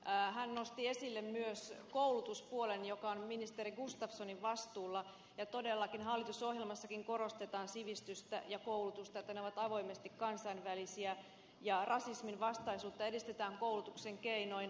hän nosti esille myös koulutuspuolen joka on ministeri gustafssonin vastuulla ja todellakin hallitusohjelmassakin korostetaan sivistystä ja koulutusta että ne ovat avoimesti kansainvälisiä ja rasisminvastaisuutta edistetään koulutuksen keinoin